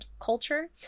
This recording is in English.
culture